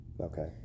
Okay